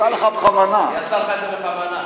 את לא נותנת לי לסיים, כל הזמן: תמשיך, תמשיך.